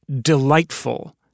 delightful